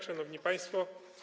Szanowni Państwo!